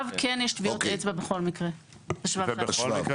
בשבב בכל מקרה.